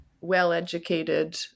well-educated